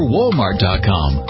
Walmart.com